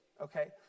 okay